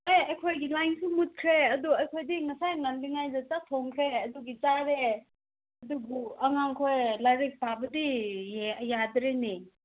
ꯑꯦ ꯑꯩꯈꯣꯏꯒꯤ ꯂꯥꯏꯟꯁꯨ ꯃꯨꯠꯈ꯭ꯔꯦ ꯑꯗꯨ ꯑꯩꯈꯣꯏꯗꯤ ꯉꯁꯥꯏ ꯉꯜꯂꯤꯉꯩꯗ ꯆꯥꯛ ꯊꯣꯛꯈ꯭ꯔꯦ ꯑꯗꯨꯒꯤ ꯆꯥꯔꯦ ꯑꯗꯨꯕꯨ ꯑꯉꯥꯡꯃꯈꯩ ꯂꯥꯏꯔꯤꯛ ꯄꯥꯕꯗꯤ ꯌꯥꯗ꯭ꯔꯦꯅꯦ